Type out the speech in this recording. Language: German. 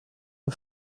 dem